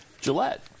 Gillette